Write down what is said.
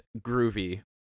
groovy